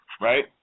Right